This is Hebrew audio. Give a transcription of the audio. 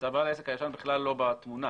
בעל העסק הישן בכלל לא בתמונה.